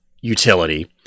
utility